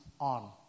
on